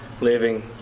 living